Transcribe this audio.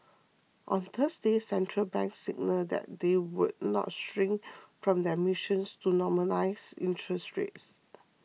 on Thursday central banks signalled that they would not shirk from their missions to normalise interest rates